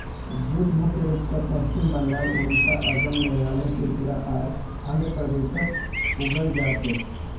jute मुख्य रूप स पश्चिम बंगाल, ओडिशा, असम, मेघालय, त्रिपुरा आर आंध्र प्रदेशत उगाल जा छेक